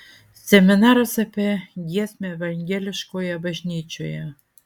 seminaras apie giesmę evangeliškoje bažnyčioje